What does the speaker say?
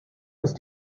ist